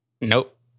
Nope